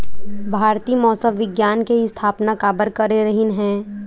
भारती मौसम विज्ञान के स्थापना काबर करे रहीन है?